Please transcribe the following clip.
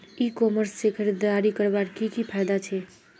ई commerce से खरीदारी करवार की की फायदा छे?